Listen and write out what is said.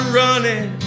running